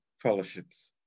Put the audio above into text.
fellowships